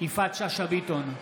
יפעת שאשא ביטון,